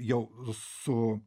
jau su